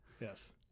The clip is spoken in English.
yes